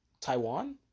Taiwan